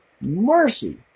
mercy